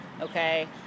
okay